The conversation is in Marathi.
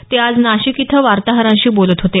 ते आज नाशिक इथं वार्ताहरांशी बोलत होते